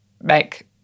make